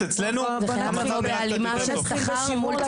א׳: בישראל יש חוק